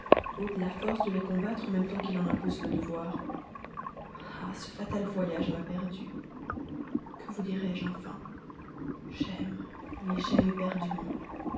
ôtent la force de les combattre en même temps qu'ils en imposent le devoir ah ce fatal voyage m'a perdue que vous dirai-je enfin j'aime oui j'aime éperdument